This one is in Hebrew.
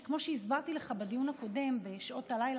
כי כמו שהסברתי לך בדיון הקודם שעשינו